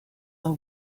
are